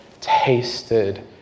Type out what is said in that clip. tasted